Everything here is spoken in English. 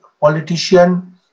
politician